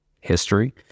history